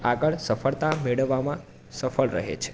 આગળ સફળતા મેળવવામાં સફળ રહે છે